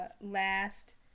last